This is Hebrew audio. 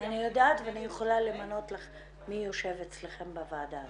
--- אני יודעת ואני יכולה למנות לך מי יושב אצלכם בוועדה הזאת.